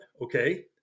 okay